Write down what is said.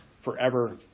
forever